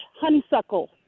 honeysuckle